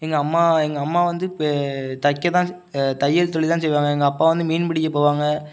எங்கள் அம்மா எங்கள் அம்மா வந்து பே தைக்க தான் தையல் தொழில் தான் செய்வாங்க எங்கள் அப்பா வந்து மீன்பிடிக்க போவாங்க